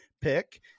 pick